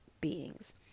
beings